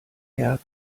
herd